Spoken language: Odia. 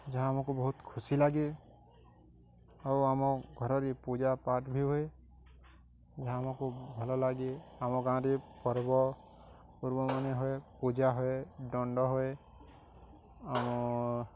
ଯାହା ଆମକୁ ବହୁତ ଖୁସି ଲାଗେ ଆଉ ଆମ ଘରରେ ପୂଜାପାଠ ବି ହୁଏ ଯାହା ଆମକୁ ଭଲଲାଗେ ଆମ ଗାଁରେ ପର୍ବ ପୂର୍ବମାନେ ହୁଏ ପୂଜା ହୁଏ ଦଣ୍ଡ ହୁଏ ଆଉ